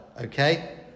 okay